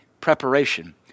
Preparation